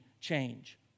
change